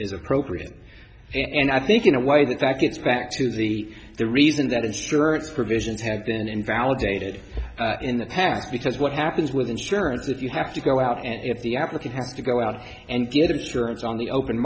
is appropriate and i think in a way that that gets back to the the reason that insurance provisions have been invalidated in the past because what happens with insurance if you have to go out and if the applicant have to go out and get insurance on the open